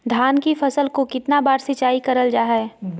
धान की फ़सल को कितना बार सिंचाई करल जा हाय?